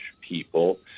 people